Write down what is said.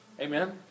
Amen